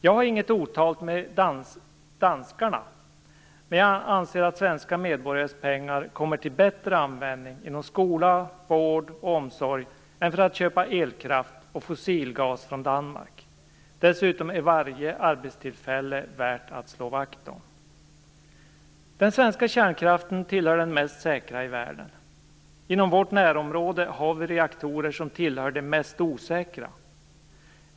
Jag har inget otalt med danskarna, men jag anser att svenska medborgares pengar kommer till bättre användning inom skola, vård och omsorg än om de används för att köpa elkraft och fossilgas från Danmark. Dessutom är varje arbetstillfälle värt att slå vakt om. Den svenska kärnkraften tillhör den mest säkra i världen. Inom vårt närområde har vi reaktorer som tillhör de mest osäkra.